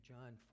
John